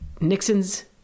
Nixon's